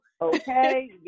Okay